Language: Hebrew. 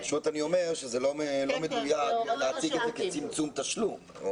אני אומר שזה לא מדויק להציג את זה כצמצום תשלום.